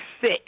sick